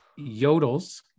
yodels